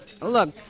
Look